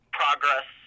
progress